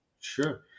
Sure